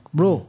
Bro